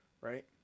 Right